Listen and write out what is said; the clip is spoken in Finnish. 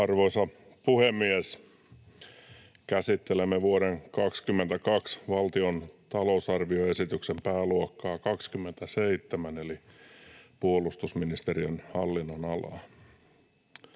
Arvoisa puhemies! Käsittelemme vuoden 22 valtion talousar-vioesityksen pääluokkaa 27 eli puolustusministeriön hallinnonalaa.